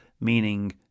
Meaning